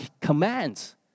commands